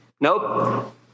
Nope